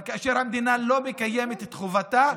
אבל כאשר המדינה לא מקיימת את חובתה,